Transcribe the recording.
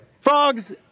frogs